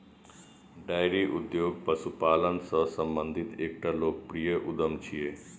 dairy उद्योग पशुपालन सं संबंधित एकटा लोकप्रिय उद्यम छियै